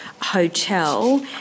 Hotel